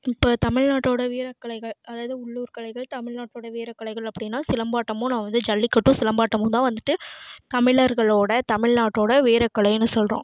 இப்போ தமிழ்நாட்டோட வீரக்கலைகள் அதாவது உள்ளூர் கலைகள் தமிழ்நாட்டோட வீரக்கலைகள் அப்படினா சிலம்பாட்டமும் நான் வந்து ஜல்லிக்கட்டும் சிலம்பாட்டமும் தான் வந்துவிட்டு தமிழர்களோட தமிழ்நாட்டோட வீரக்கலைன்னு சொல்கிறோம்